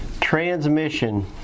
transmission